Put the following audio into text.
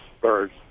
birds